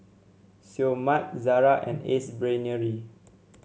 Seoul Mart Zara and Ace Brainery